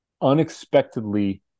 unexpectedly